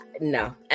no